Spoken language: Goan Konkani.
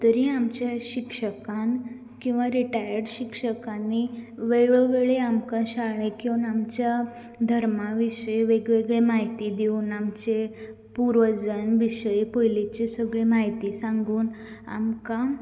तरी आमचे शिक्षकान किंवा रिटायड शिक्षकांनी वेळो वेळी आमकां शाळेक येवन आमच्या धर्मा विशीं वेगवेगळी म्हायती दिवन आमचे पुर्वजां विशयी पयलींची सगळी म्हायती सांगून आमकां